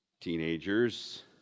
teenagers